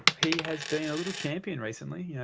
he has been a little champion recently. yeah